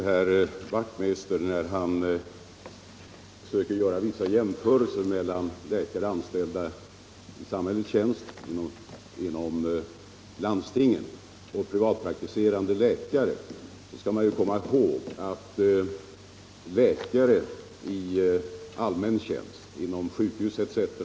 Herr talman! När herr Wachtmeister gör vissa jämförelser mellan läkare anställda i samhällets tjänst, inom landstingen, och privatpraktiserande läkare, vill jag säga att man bör komma ihåg att läkare i allmän tjänst —- vid sjukhus etc.